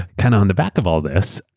kind of on the back of all this,